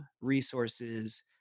resources